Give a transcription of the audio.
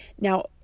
Now